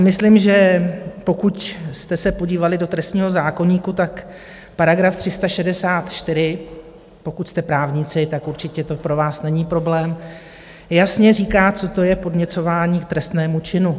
Myslím si, že pokud jste se podívali do trestního zákoníku, tak § 364 pokud jste právníci, určitě to pro vás není problém jasně říká, co to je podněcování k trestnému činu.